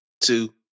two